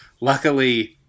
luckily